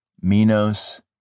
Minos